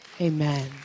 Amen